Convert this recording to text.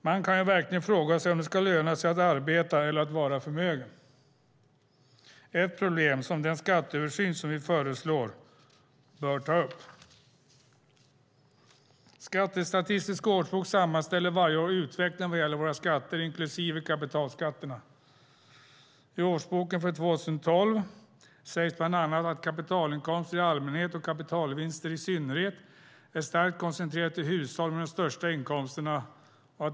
Man kan verkligen fråga sig om det ska löna sig att arbeta eller att vara förmögen. Det är ett problem som den skatteöversyn som vi föreslår bör ta upp. Skattestatistisk årsbok sammanställer varje år utvecklingen vad gäller våra skatter, inklusive kapitalskatterna. I årsboken för 2012 sägs bland annat att kapitalinkomster i allmänhet och kapitalvinster i synnerhet är starkt koncentrerade till hushåll med de största inkomsterna.